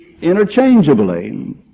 interchangeably